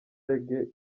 reggae